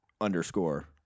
underscore